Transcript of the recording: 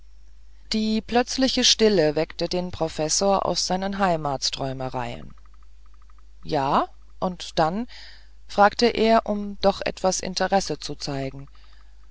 die plötzliche stille weckte den professor aus seinen heimats träumereien ja und dann fragte er um doch etwas interesse zu zeigen